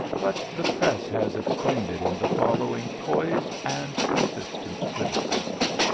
but the press has explained it in the following poised and consistent criticism